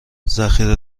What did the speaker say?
ذخیره